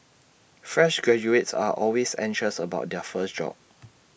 fresh graduates are always anxious about their first job